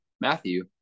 Matthew